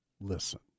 Listen